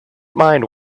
mind